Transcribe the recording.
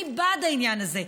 אני בעד העניין הזה.